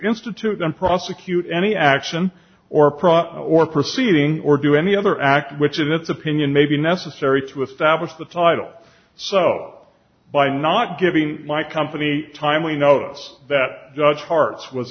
institute and prosecute any action or profit or proceeding or do any other act which in its opinion may be necessary to establish the title so by not giving my company time we notice that judge hart's was